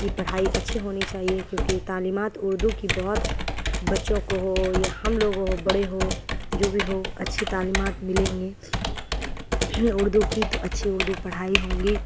کی پڑھائی اچھی ہونی چاہیے کیونکہ تعلیمات اردو کی بہت بچوں کو ہو یا ہم لوگ ہو بڑے ہو جو بھی ہو اچھی تعلیمات ملیں گے اردو کی تو اچھی اردو پڑھائی ہوں گی